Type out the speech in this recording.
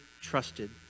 trusted